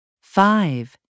Five